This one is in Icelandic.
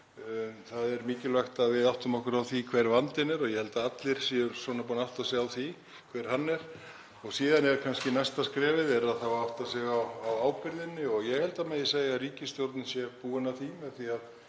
Það er mikilvægt að við áttum okkur á því hver vandinn er og ég held að allir séu búnir að átta sig á því hver hann er. Síðan er kannski næsta skrefið að átta sig á ábyrgðinni. Ég held að það megi segja að ríkisstjórnin sé búin að því